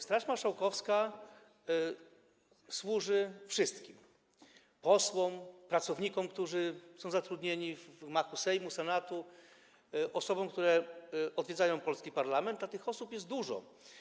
Straż Marszałkowska służy wszystkim - posłom, pracownikom, którzy są zatrudnieni w gmachu Sejmu, Senatu, osobom, które odwiedzają polski parlament, a tych osób jest dużo.